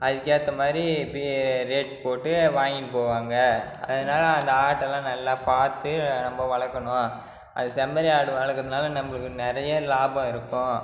அதுக்கு ஏற்ற மாதிரி இப்போயே ரேட் போட்டு வாங்கின்னு போவாங்க அதனால அந்த ஆட்டெல்லாம் நல்லா பாத்து நம்ப வளர்க்கணும் அது செம்மறி ஆடு வளர்க்கறதுனால நம்மளுக்கு நிறையா லாபம் இருக்கும்